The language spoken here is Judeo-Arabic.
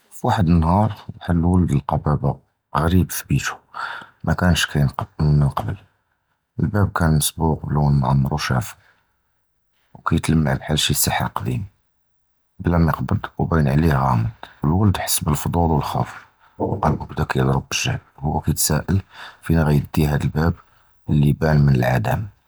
פִוַחַד נַהָאר הַוַלְד לְקַא בַּאבּוּ גְּרִיב פִבֵּיתוּ מָקָאנְש קַאנ מִן קָבְל, הַבַּאבּ קַאנ מְסְבּוּغ בְּלוֹן מַעְמְרוּ שָאפּוּ, וְקִיתְלַמַע בְחַל שִי סִיחְר קְדִים בְלָא מַא יִקְבַּד וּבָאִין עַלֵיהוּ גַּאמְד, הַוַלְד חַס בַּלְפֻצוּל וְהַחּוּף, קַלְבּוּ בְּדָא קִיְדְרַב בַּלְגְּהְד וְהוּוּ בְדָא קִיתְסַאֵל פִיֵן גַּדִי יִדִי הַדֶּא הַבַּאבּ לִי יִבַּאן מַלְעַדַד.